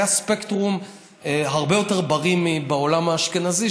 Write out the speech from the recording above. היה ספקטרום הרבה יותר בריא מבעולם האשכנזי,